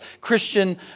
Christian